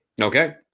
Okay